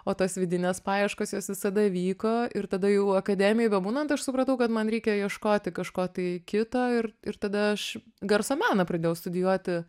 o tos vidinės paieškos jos visada vyko ir tada jau akademijoj bebūnant aš supratau kad man reikia ieškoti kažko tai kito ir ir tada aš garso meną pradėjau studijuoti